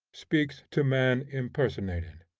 speaks to man impersonated.